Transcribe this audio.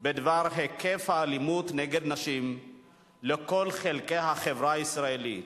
בדבר היקף האלימות נגד נשים לכל חלקי החברה הישראלית.